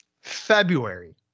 February